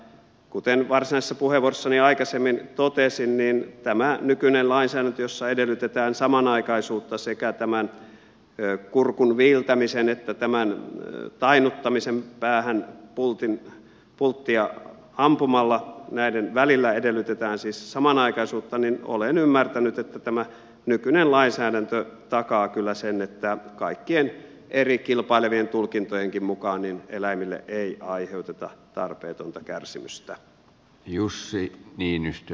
kuten varsinaisessa puheenvuorossani aikaisemmin totesin tämä nykyinen lainsäädäntö jossa edellytetään samanaikaisuutta sekä kurkun viiltämisen että päähän pulttia ampumalla suoritetun tainnuttamisen välillä näin olen ymmärtänyt takaa kyllä sen että kaikkien eri kilpailevien tulkintojenkin mukaan eläimille ei aiheuteta tarpeetonta kärsimystä